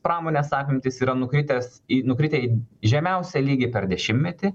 pramonės apimtys yra nukritęs į nukritę į žemiausią lygį per dešimtmetį